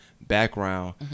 background